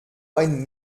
ein